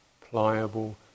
pliable